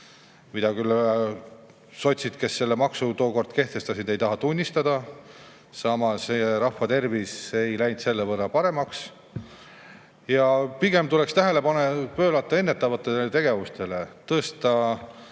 mida küll sotsid, kes selle maksu tookord kehtestasid, ei taha tunnistada. Samas, rahva tervis ei läinud selle võrra paremaks. Pigem tuleks tähelepanu pöörata ennetavatele tegevustele,